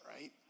right